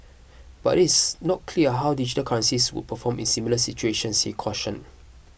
but it is not clear how digital currencies would perform in similar situations he cautioned